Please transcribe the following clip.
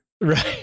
Right